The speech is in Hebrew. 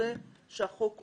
שהחוק עובר.